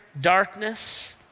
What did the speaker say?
darkness